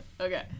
okay